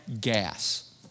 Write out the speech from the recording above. gas